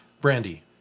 Brandy